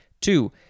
Two